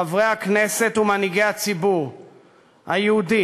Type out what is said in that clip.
חברי הכנסת ומנהיגי הציבור היהודי,